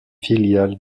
filiale